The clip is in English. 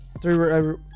Three